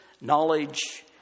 knowledge